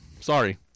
Sorry